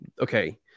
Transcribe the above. Okay